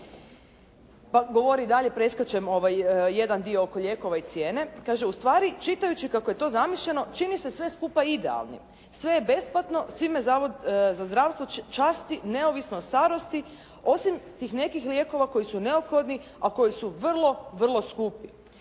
Pa govori dalje, preskačem jedan dio oko lijekova i cijene. Kaže: “U stvari čitajući kako je to zamišljeno čini se sve skupa idealnim, sve je besplatno, svime Zavod za zdravstvo časti neovisno o starosti osim tih nekih lijekova koji su neophodni a koji su vrlo, vrlo skupi.